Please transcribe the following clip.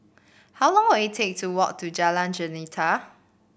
how long will it take to walk to Jalan Jelita